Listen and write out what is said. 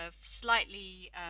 slightly